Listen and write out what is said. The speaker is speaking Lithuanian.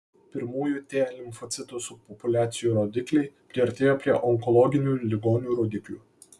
pirmųjų t limfocitų subpopuliacijų rodikliai priartėjo prie onkologinių ligonių rodiklių